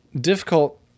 difficult